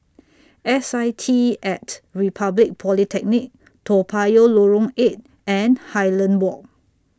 S I T At Republic Polytechnic Toa Payoh Lorong eight and Highland Walk